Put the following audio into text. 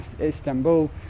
Istanbul